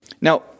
Now